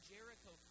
Jericho